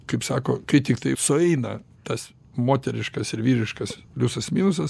kaip sako kai tiktai sueina tas moteriškas ir vyriškas pliusas minusas